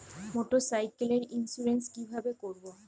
মোটরসাইকেলের ইন্সুরেন্স কিভাবে করব?